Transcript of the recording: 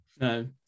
no